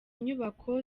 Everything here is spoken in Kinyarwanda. inyubako